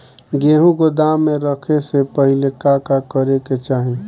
गेहु गोदाम मे रखे से पहिले का का करे के चाही?